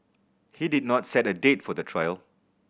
he did not set a date for the trial